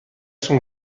sont